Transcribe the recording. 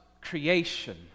creation